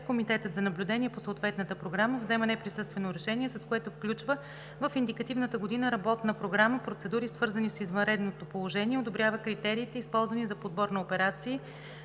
Комитетът за наблюдение по съответната програма взема неприсъствено решение, с което включва в индикативната годишна работна програма процедури, свързани с извънредното положение и одобрява критериите, използвани за подбор на операции,